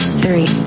three